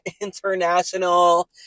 international